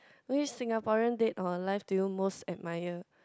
which Singaporean dead or alive do you most admire